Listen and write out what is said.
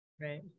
right